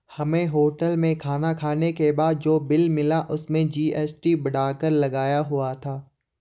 हमें होटल में खाना खाने के बाद जो बिल मिला उसमें जी.एस.टी बढ़ाकर लगाया हुआ था